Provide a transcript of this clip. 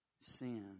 sin